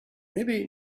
maybe